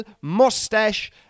mustache